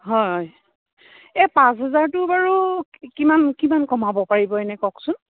হয় এই পাঁচ হেজাৰটো বাৰু কিমান কিমান কমাব পাৰিব এনে কওকচোন